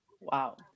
Wow